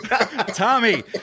Tommy